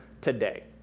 today